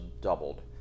doubled